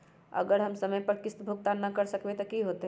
अगर हम समय पर किस्त भुकतान न कर सकवै त की होतै?